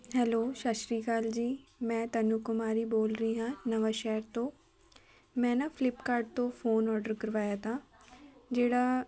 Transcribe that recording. hello ਸਤਿ ਸ਼੍ਰੀ ਅਕਾਲ ਜੀ ਮੈਂ ਤਨੂੰ ਕੁਮਾਰੀ ਬੋਲ ਰਹੀ ਹਾਂ ਨਵਾਂਸ਼ਹਿਰ ਤੋਂ ਮੈਂ ਨਾ ਫਲਿੱਪਕਾਰਟ ਤੋਂ ਫੋਨ ਔਡਰ ਕਰਵਾਇਆ ਤਾ ਜਿਹੜਾ